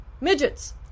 Midgets